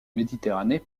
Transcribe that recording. méditerranée